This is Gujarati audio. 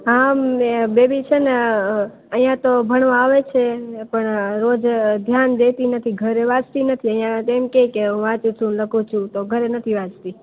હાં મેં બેબી છે ને અહીંયા તો ભણવા આવે છે પણ રોજ ધ્યાન દેતી નથી ઘરે વાંચતી નથી અહીંયા કેમકે વાંચું છું વાંચું છું લખું છું પણ ઘરે નથી વાંચતી